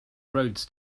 roads